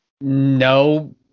no